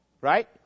right